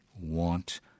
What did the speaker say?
want